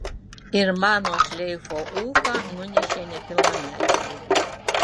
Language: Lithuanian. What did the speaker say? ir mano šleifo ūką nunešė nepilnamečiai